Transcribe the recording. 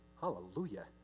Hallelujah